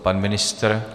Pan ministr?